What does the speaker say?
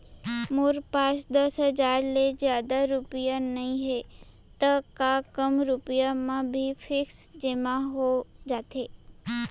मोर पास दस हजार ले जादा रुपिया नइहे त का कम रुपिया म भी फिक्स जेमा हो जाथे?